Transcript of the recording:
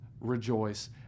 rejoice